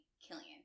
Killian